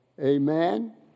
Amen